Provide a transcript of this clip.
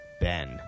Ben